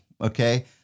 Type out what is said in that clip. okay